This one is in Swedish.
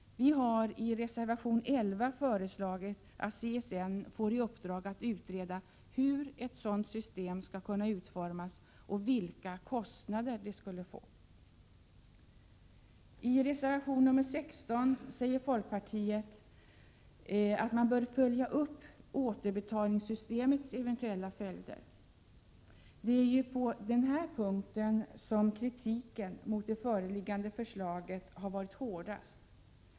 Vi har i reservation 11 föreslagit att CSN får i uppdrag att utreda hur ett sådant system skall kunna utformas och vilka kostnader det skulle medföra. I reservation nr 16 säger folkpartiet att man bör följa upp återbetalningssystemets eventuella följder. Det är ju på den här punkten som kritiken mot det föreliggande förslaget har varit hårdast.